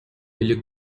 ele